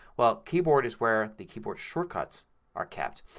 well, keyboard is where the keyboard shortcuts are kept.